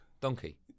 Donkey